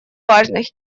важных